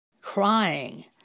crying